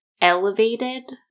elevated